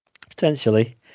Potentially